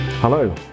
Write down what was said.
Hello